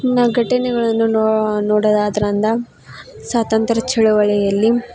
ಇನ್ನಾ ಘಟನೆಗಳನ್ನು ನೋಡೋದಾದರಿಂದ ಸ್ವಾತಂತ್ರ್ಯ ಚಳವಳಿಯಲ್ಲಿ